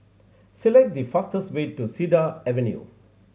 select the fastest way to Cedar Avenue